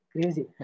crazy